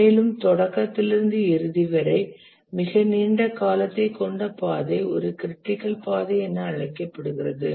மேலும் தொடக்கத்திலிருந்து இறுதி வரை மிக நீண்ட காலத்தைக் கொண்ட பாதை ஒரு க்ரிட்டிக்கல் பாதை என அழைக்கப்படுகிறது